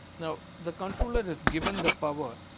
now the controller is given the power